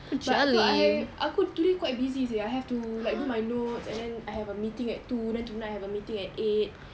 but cause I aku today quite busy seh I have to like do my notes and then I have a meeting at two then tonight I have a meeting at eight